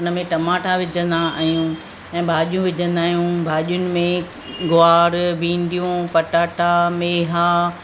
उनमें टमाटा विझंदा आहियूं ऐं भाॼियूं विझंदा आहियूं भाॼीयुनि में ग्वार भिंडियूं पटाटा मेहा